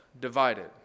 divided